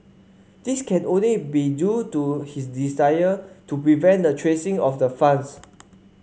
this can only be due to his desire to prevent the tracing of the funds